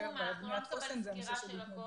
בבניית חוסן זה הנושא של ההתנדבות,